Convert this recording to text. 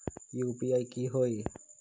UPI की होई?